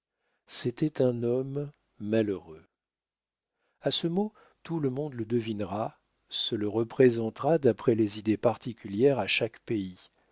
c'était un homme malheureux a ce mot tout le monde le devinera se le représentera d'après les idées particulières à chaque pays